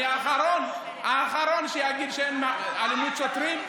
אני האחרון, האחרון שיגיד שאין אלימות שוטרים.